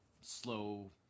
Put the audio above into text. slow